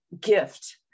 gift